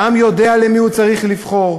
והעם יודע במי הוא צריך לבחור.